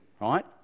right